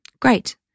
Great